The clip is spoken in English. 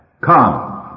Come